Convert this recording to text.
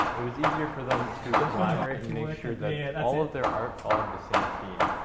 it was easier for them to collaborate and make sure that all of their art followed the same theme,